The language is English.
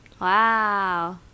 Wow